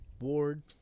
Ward